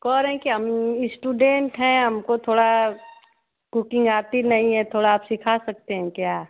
कह रहे हैं कि हम ईस्टूडेंट् हैं हमको थोड़ा कुकिंग आती नहीं है थोड़ा आप सिखा सकते हैं क्या